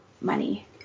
money